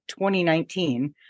2019